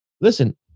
listen